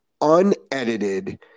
unedited